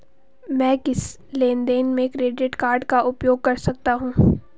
मैं किस लेनदेन में क्रेडिट कार्ड का उपयोग कर सकता हूं?